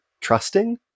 trusting